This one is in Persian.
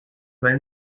ولی